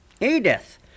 Edith